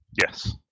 Yes